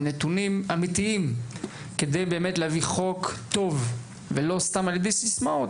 נתונים אמיתיים כדי באמת להביא חוק טוב ולא סתם על ידי סיסמאות,